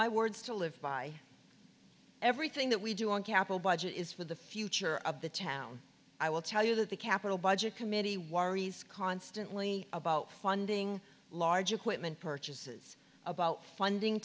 my words to live by everything that we do on capital budget is for the future of the town i will tell you that the capital budget committee was constantly about funding large equipment purchases about funding